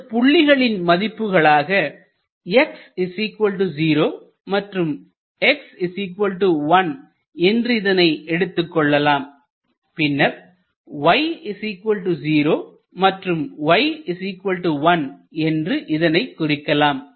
இந்த புள்ளிகளின் மதிப்புகளாக x 0 மற்றும் x 1 என்று இதனை எடுத்துக்கொள்ளலாம் பின்னர் y 0 மற்றும் y 1 என்று இதனை குறிக்கலாம்